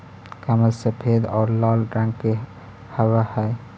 कमल सफेद और लाल रंग के हवअ हई